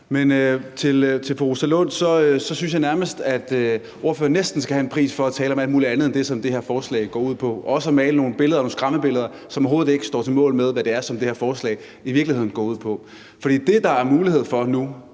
Til fru Rosa Lund vil jeg sige, at ordføreren næsten skal have en pris for at tale om alt muligt andet end det, som det her forslag går ud på, og også at male nogle billeder, nogle skræmmebilleder, som overhovedet ikke står mål med, hvad det her forslag i virkeligheden går ud på. For det, der er mulighed for nu,